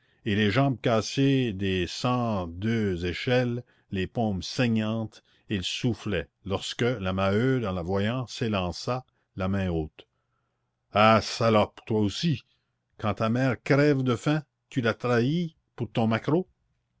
et les jambes cassées des cent deux échelles les paumes saignantes elle soufflait lorsque la maheude en la voyant s'élança la main haute ah salope toi aussi quand ta mère crève de faim tu la trahis pour ton maquereau